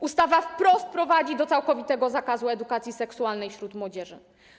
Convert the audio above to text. Ustawa wprost prowadzi do całkowitego zakazu edukacji seksualnej wśród młodzieży.